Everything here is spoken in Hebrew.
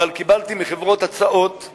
אבל קיבלתי הצעות מחברות,